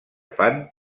fan